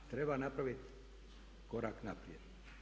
Treba napraviti korak naprijed.